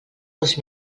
dos